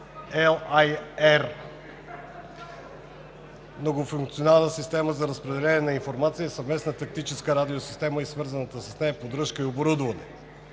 P-LAR „Многофункционална система за разпределение на информация – Съвместна тактическа радиосистема и свързана с нея поддръжка и оборудване“